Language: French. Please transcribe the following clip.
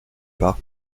pas